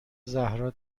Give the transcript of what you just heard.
زهرا